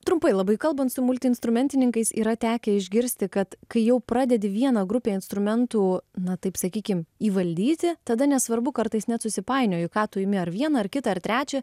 trumpai labai kalbant su multiinstrumentininkais yra tekę išgirsti kad kai jau pradedi vieną grupę instrumentų na taip sakykim įvaldyti tada nesvarbu kartais net susipainioji ką tu imi ar vieną ar kitą ar trečią